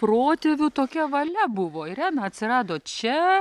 protėvių tokia valia buvo irena atsirado čia